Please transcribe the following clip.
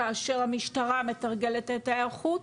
כאשר המשטרה מתרגלת את ההיערכות,